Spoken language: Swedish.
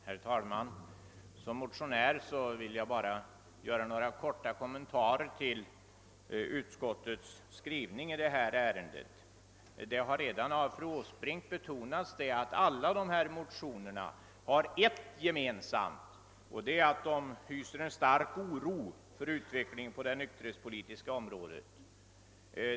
Herr talman! Som motionär vill jag göra några korta kommentarer till utskottets skrivning i detta ärende. Fru Åsbrink har redan betonat att al la de motioner som behandlas i detta betänkande har ett gemensamt: motionärerna hyser en stark oro för utvecklingen på det nykterhetspolitiska området.